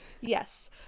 Yes